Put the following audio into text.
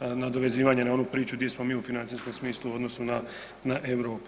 nadovezivanje na onu priču gdje smo mi u financijskom smislu u odnosu na Europu.